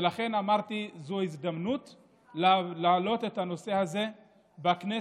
ולכן אמרתי שזו ההזדמנות להעלות את הנושא הזה בכנסת,